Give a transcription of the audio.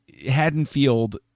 haddonfield